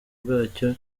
bwacyo